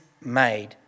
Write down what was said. made